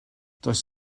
does